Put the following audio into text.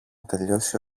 τελειώσει